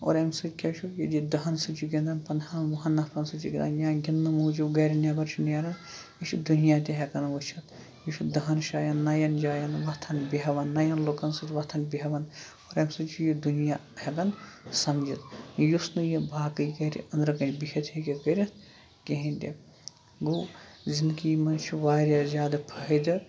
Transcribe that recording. اور اَمہِ سۭتۍ کیٛاہ چھُ ییٚلہِ یہِ دَہَن سۭتۍ چھُ گِنٛدان پنٛدٕہَن وُہَن نَفرَن سۭتۍ چھُ گِنٛدان یا گِنٛدنہٕ موٗجوٗب گَرِ نٮ۪بَر چھُ نیران یہِ چھُ دُنیا تہِ ہٮ۪کان وٕچھِتھ یہِ چھُ دَہَن جایَن نَیَن جایَن بیٚہوان نَیَن لُکَن سۭتۍ وۄتھان بیٚہوان اور اَمہِ سۭتۍ چھُ یہِ دُنیا ہٮ۪کان سَمجِتھ یُس نہٕ یہِ باقٕے گرِ أنٛدرٕکَنۍ بِہِتھ ہیٚکہِ کٔرِتھ کِہیٖنۍ تہِ گوٚو زندگی منٛز چھُ واریاہ زیادٕ فٲیِدٕ